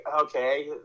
okay